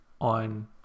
on